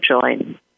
join